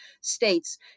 states